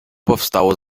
powstało